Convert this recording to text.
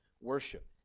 worship